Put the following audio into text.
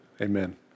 Amen